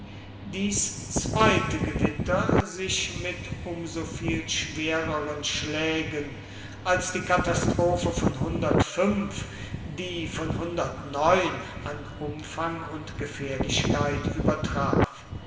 dies zweite gewitter sich mit um so viel schwereren schlägen als die katastrophe von die von an umfang und gefährlichkeit übertraf